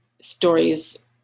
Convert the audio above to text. stories